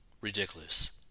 ridiculous